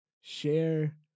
share